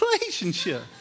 relationship